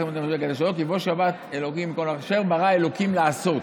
כי בו שבת מכל מלאכתו אשר ברא אלוקים לעשות".